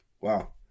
Wow